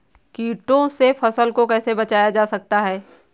कीटों से फसल को कैसे बचाया जा सकता है?